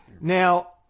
Now